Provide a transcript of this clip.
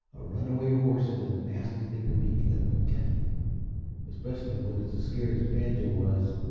a runaway horse is a nasty thing to meet, let me tell you especially when it's as scared as banjo was.